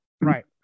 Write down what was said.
right